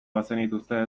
bazenituzte